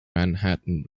manhattan